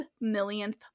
millionth